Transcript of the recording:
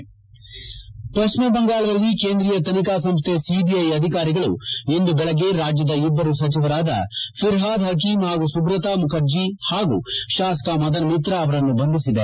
head ಪಶ್ಚಿಮ ಬಂಗಾಳದಲ್ಲಿ ಕೇಂದ್ರೀಯಾ ತನಿಖಾ ಸಂಸ್ಥೆ ಸಿಐಐ ಅಧಿಕಾರಿಗಳು ಇಂದು ಬೆಳಗ್ಗೆ ರಾಜ್ಯದ ಇಬ್ಬರು ಸಚಿವರಾದ ಫಿರ್ಹಾದ್ ಪಕೀಂ ಪಾಗೂ ಸುಬ್ರತಾ ಮುಖರ್ಜಿ ಪಾಗೂ ಶಾಸಕ ಮದನ್ ಮಿತ್ರ ಅವರನ್ನು ಬಂಧಿಸಿದೆ